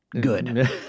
Good